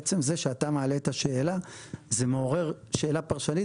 מעצם זה שאתה מעלה את השאלה זה מעורר שאלה פרשנית